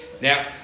Now